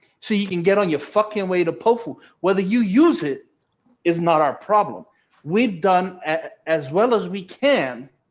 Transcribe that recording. so you can get on your fucking way to poeple. whether you use it is not our problem we've done as well as we can.